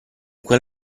quel